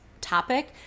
topic